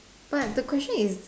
but the question is